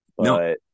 No